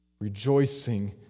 Rejoicing